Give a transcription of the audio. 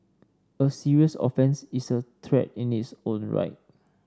a serious offence is a threat in its own right